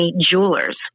Jewelers